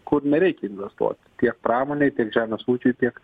kur nereikia investuoti tiek pramonei žemės ūkiui tiek